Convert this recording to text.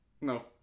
No